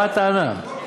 מה הטענה?